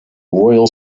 royal